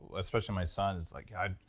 especially my son is like, god,